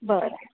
बरं